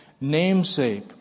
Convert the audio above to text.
namesake